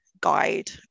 guide